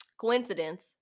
Coincidence